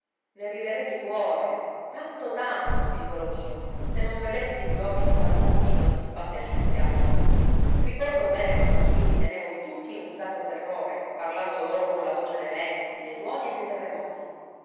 ne riderei di cuore tanto tanto figliuolo mio se non vedessi gli uomini far buon viso a siffatte scempiaggini ricordo bene quand'io li tenevo tutti in un sacro terrore parlando loro con la voce dei venti dei tuoni e dei terremoti